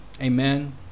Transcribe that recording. Amen